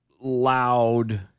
loud